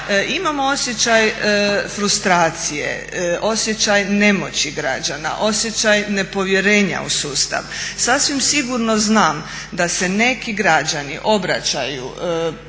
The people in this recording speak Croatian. Imamo osjećaj frustracije, osjećaj nemoći građana, osjećaj nepovjerenja u sustav. Sasvim sigurno znam da se neki građani obraćaju gotovo